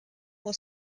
will